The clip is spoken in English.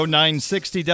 960